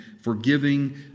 forgiving